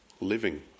living